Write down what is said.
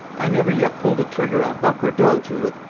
i never yet pulled a trigger on buck or doe, judith,